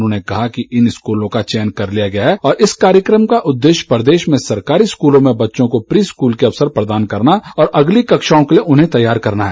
उन्होंने कहा कि इन स्कूलों का चयन कर लिया गया है और इस कार्यक्रम का उद्देश्य प्रदेश में सरकारी स्कूलों में बच्चों को प्री स्कूल के अवसर प्रदान करना और अगली कक्षाओं के लिए उन्हें तैयार करना है